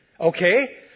Okay